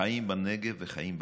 חיים בנגב וחיים בגליל.